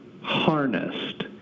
harnessed